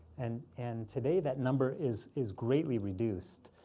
and and today, that number is is greatly reduced.